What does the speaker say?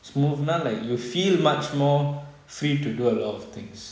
smooth நா:na like you feel much more free to do a lot of things